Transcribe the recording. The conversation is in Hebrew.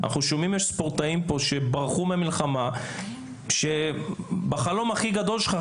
אנחנו שומעים על ספורטאים פה שברחו מהמלחמה שבחלום הכי גדול שלך,